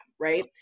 right